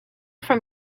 from